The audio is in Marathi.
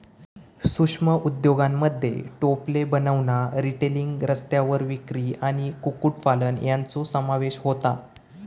सूक्ष्म उद्योगांमध्ये टोपले बनवणा, टेलरिंग, रस्त्यावर विक्री आणि कुक्कुटपालन यांचो समावेश होता